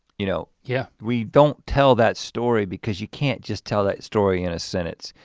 you know yeah. we don't tell that story because you can't just tell that story in a sentence.